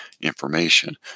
information